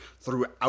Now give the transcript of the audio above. throughout